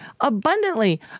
abundantly